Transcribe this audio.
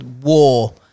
war